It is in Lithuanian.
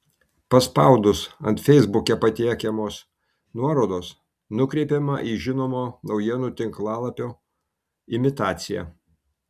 paspaudus ant feisbuke patiekiamos nuorodos nukreipiama į žinomo naujienų tinklalapio imitaciją